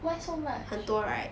why so much